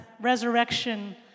resurrection